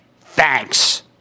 Thanks